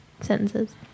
sentences